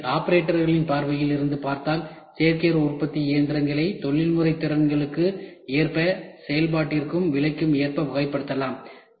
எனவே ஆபரேட்டர்களின் பார்வையில் இருந்து பார்த்தால் சேர்க்கை உற்பத்தி இயந்திரங்களை தொழில்முறை திறன்களுக்கு ஏற்பசெயல்பாட்டிற்கும் விலைக்கு ஏற்ப வகைப்படுத்தலாம்